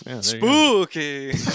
Spooky